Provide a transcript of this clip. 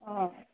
অঁ